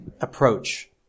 approach